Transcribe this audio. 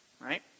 right